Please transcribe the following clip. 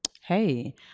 Hey